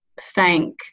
thank